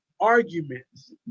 arguments